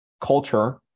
culture